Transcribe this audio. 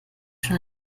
schon